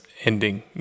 ending